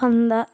వంద